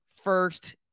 first